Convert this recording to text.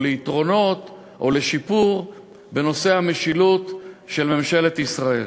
ליתרונות או לשיפור בנושא המשילות של ממשלת ישראל.